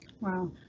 wow